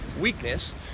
weakness